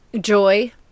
joy